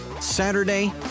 Saturday